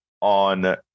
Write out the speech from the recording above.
on